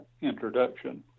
introduction